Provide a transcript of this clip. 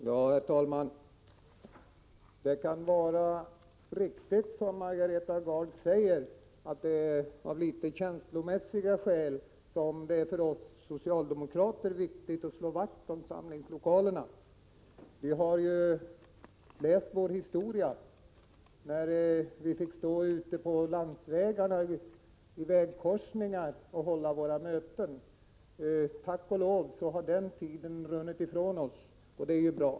Herr talman! Det kan vara riktigt som Margareta Gard säger att det är av känslomässiga skäl som det för oss socialdemokrater är viktigt att slå vakt om samlingslokalerna. Vi har läst vår historia. Förr fick vi stå ute på landsvägarna och i vägkorsningar och hålla våra möten. Tack och lov har den tiden runnit ifrån oss! Det är bra.